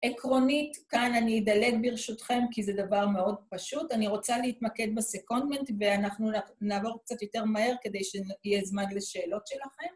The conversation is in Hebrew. עקרונית, כאן אני אדלג ברשותכם כי זה דבר מאוד פשוט. אני רוצה להתמקד בסקונטמנט ואנחנו נעבור קצת יותר מהר כדי שיהיה זמן לשאלות שלכם.